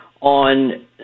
on